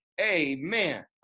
Amen